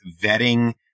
vetting